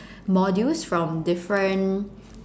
modules from different